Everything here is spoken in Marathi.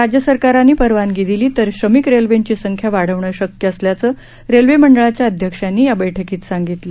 राज्य सरकारांनी परवानगी दिली तर श्रमिक रेल्वेची संख्या वाढवणं शक्य असल्याचं रेल्वे मंडळाच्या अध्यक्षांनी या बैठकीत सांगितलं